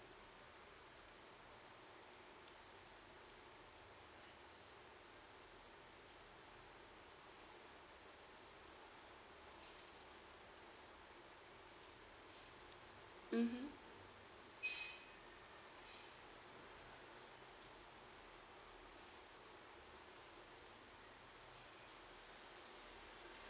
mmhmm